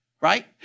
right